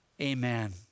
Amen